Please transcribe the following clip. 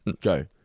Go